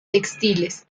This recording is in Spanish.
textiles